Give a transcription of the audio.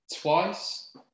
twice